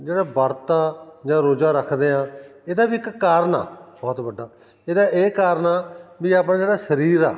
ਜਿਹੜਾ ਵਰਤ ਆ ਜਾਂ ਰੋਜ਼ਾ ਰੱਖਦੇ ਹਾਂ ਇਹਦਾ ਵੀ ਇੱਕ ਕਾਰਨ ਆ ਬਹੁਤ ਵੱਡਾ ਇਹਦਾ ਇਹ ਕਾਰਨ ਆ ਵੀ ਆਪਣਾ ਜਿਹੜਾ ਸਰੀਰ ਆ